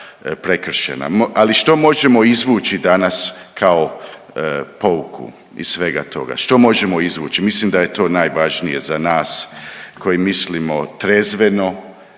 ali što možemo izvući danas kao pouku iz svega toga. Što možemo izvući? Mislim da je to najvažnije za nas koji mislimo trezveno,